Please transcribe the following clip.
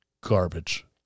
garbage